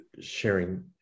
sharing